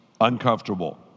uncomfortable